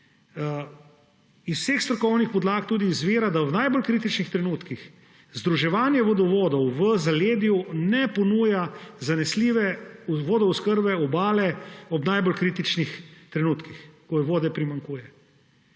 Iz vseh strokovnih podlag tudi izvira, da v najbolj kritičnih trenutkih združevanje vodovodov v zaledju ne ponuja zanesljive vodooskrbe Obale ob najbolj kritičnih trenutkih, ko vode primanjkuje.